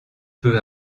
peu